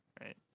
Right